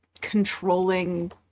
controlling